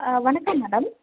வணக்கம் மேடம்